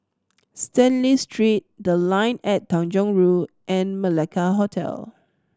Stanley Street The Line and Tanjong Rhu and Malacca Hotel